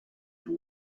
who